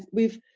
we've,